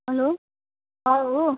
hello अँ हो